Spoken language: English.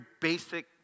basic